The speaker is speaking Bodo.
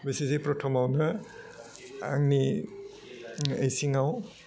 बेसेजि फ्रथमावनो आंनि इसिङाव